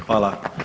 Hvala.